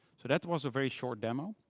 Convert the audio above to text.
so that was a very short demo,